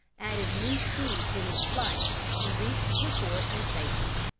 added new speed to his flight and reached the fort in safety.